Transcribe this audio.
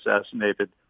assassinated